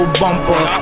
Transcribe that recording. bumper